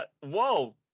Whoa